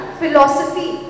philosophy